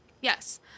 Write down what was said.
Yes